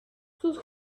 sus